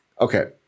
Okay